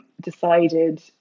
decided